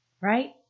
Right